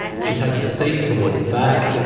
she takes a seat toward the back